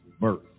birth